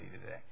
today